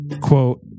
quote